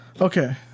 okay